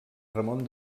ramon